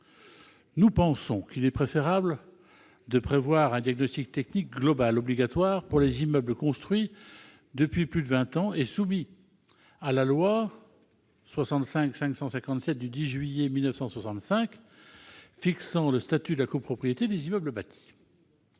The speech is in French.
pluriannuel. Il est préférable de prévoir un diagnostic technique global obligatoire pour les immeubles construits depuis plus de vingt ans et soumis à la loi n° 65-557 du 10 juillet 1965 fixant le statut de la copropriété des immeubles bâtis.